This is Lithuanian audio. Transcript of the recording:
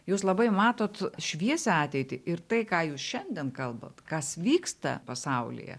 jūs labai matot šviesią ateitį ir tai ką jūs šiandien kalbat kas vyksta pasaulyje